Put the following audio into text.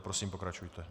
Prosím, pokračujte.